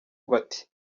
bati